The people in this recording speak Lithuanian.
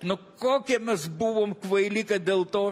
nu kokie mes buvom kvaili kad dėl to